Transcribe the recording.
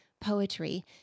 poetry